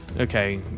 Okay